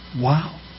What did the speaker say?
Wow